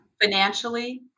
financially